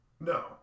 No